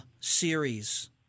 series